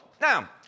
now